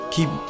Keep